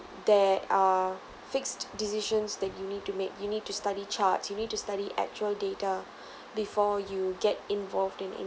there are fixed decisions that you need to make you need to study charts you need to study actual data before you get involved in